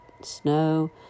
snow